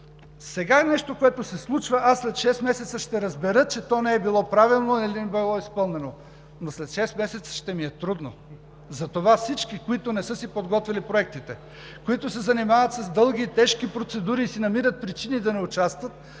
Сега е нещо, което се случва – аз след шест месеца ще разбера, че то не е било правилно или не било изпълнено. Но след шест месеца ще ми е трудно. Затова всички, които не са си подготвили проектите, които се занимават с дълги и тежки процедури и си намират причини да не участват,